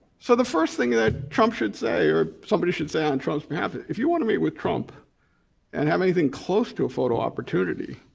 so the first thing that trump should say or somebody should say on trump's behalf, if you wanna meet with trump and have anything close to a photo opportunity,